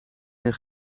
meer